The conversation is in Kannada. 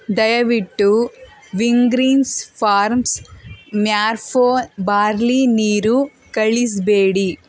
ದಯವಿಟ್ಟು ವಿಂಗ್ರೀನ್ಸ್ ಫಾರ್ಮ್ಸ್ ಮ್ಯಾರ್ಫೋ ಬಾರ್ಲೀ ನೀರು ಕಳಿಸಬೇಡಿ